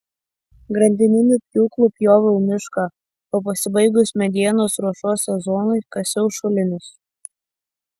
grandininiu pjūklu pjoviau mišką o pasibaigus medienos ruošos sezonui kasiau šulinius